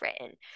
written